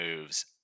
moves